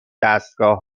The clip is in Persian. دستگاه